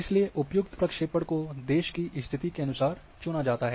इसलिए उपयुक्त प्रक्षेपण को देश की स्थित के अनुसार चुना जाता है